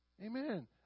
Amen